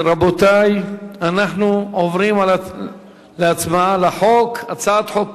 רבותי, אנחנו עוברים להצבעה על הצעת חוק